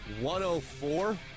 104